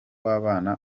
w’abana